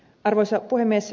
arvoisa puhemies